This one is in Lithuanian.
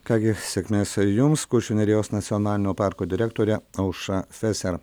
ką gi sėkmės jums kuršių nerijos nacionalinio parko direktorė aušra feser